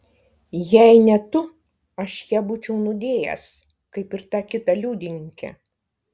jei ne tu aš ją būčiau nudėjęs kaip ir tą kitą liudininkę